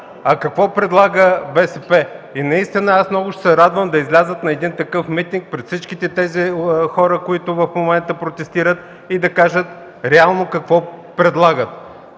Какво предлага БСП? Наистина аз много ще се радвам да излязат на един такъв митинг пред всички тези хора, които в момента протестират, и да кажат реално какво предлагат.